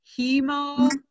hemo